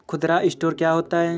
खुदरा स्टोर क्या होता है?